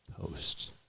posts